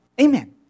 Amen